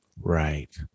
Right